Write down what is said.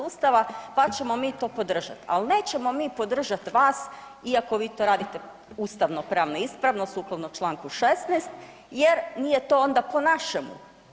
Ustava, pa ćemo mi to podržati, ali nećemo mi podržati vas iako vi to radite ustavno pravno ispravno sukladno Članku 16. jer nije to onda po našem.